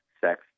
sex